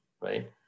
right